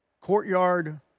courtyard